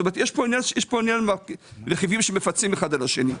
זאת אומרת, יש כאן רכיבים שמפצים אחד על השני.